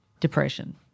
depression